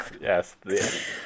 yes